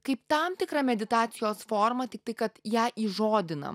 kaip tam tikra meditacijos forma tiktai kad ją įžodinam